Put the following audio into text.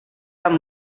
amb